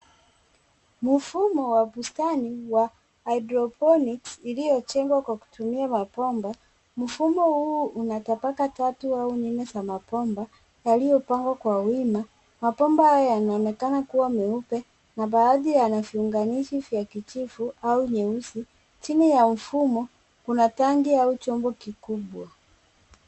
Mfumo wa bustani wa hydroponic iliojengwa kwa kutumia mapomba. Mfumo huu inatabaka tatu au nne za mapomba yaliopangwa kwa wima. Mapomba haya yanaonekana kuwa meupe na baadhi yanaviunganishi kijivu au nyeusi jina ya ufumo kuna tanki au chombo kikubwa.